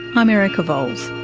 i'm erica vowles.